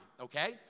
okay